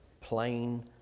plain